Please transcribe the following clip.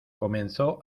comenzó